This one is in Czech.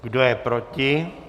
Kdo je proti?